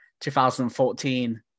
2014